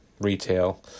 retail